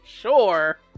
Sure